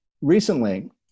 recently